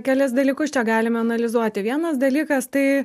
kelis dalykus čia galime analizuoti vienas dalykas tai